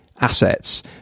assets